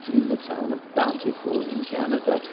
in the town of bountiful, in canada,